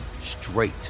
straight